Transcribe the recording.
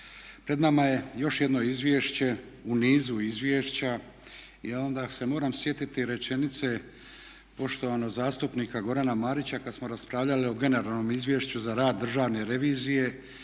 Pred nama je još jedno izvješće u nizu izvješća i onda se moram sjetiti rečenice poštovanog zastupnika Gorana Marića kad smo raspravljali o generalnom Izvješću za rad Državne revizije